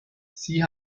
sie